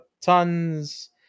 tons